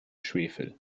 schwefel